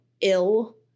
ill